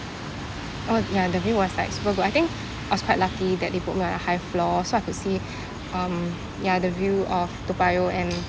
oh ya the view was like super good I think I was quite lucky that they put me on a high floor so I could see um ya the view of toa payoh and